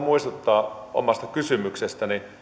muistuttaa omasta kysymyksestäni